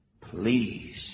please